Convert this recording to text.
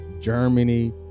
Germany